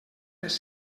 les